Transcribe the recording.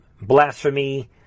blasphemy